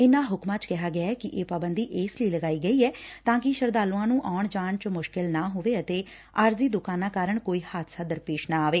ਇਨਾਂ ਹੁਕਮਾਂ ਚ ਕਿਹਾ ਗਐ ਕਿ ਇਹ ਪਾਬੰਦੀ ਇਸ ਲਈ ਲਗਾਈ ਗਈ ਐ ਤਾਂ ਕਿ ਸ਼ਰਧਾਲੁਆਂ ਨੂੰ ਆਉਣ ਜਾਣ ਚ ਮੁਸ਼ਕਿਲ ਨਾ ਹੋਵੇ ਅਤੇ ਆਰਜ਼ੀ ਦੁਕਾਨਾਂ ਕਾਰਨ ਕੋਈ ਹਾਦਸਾ ਦਰਪੇਸ਼ ਨਾ ਆਵੇ